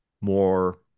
more